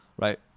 right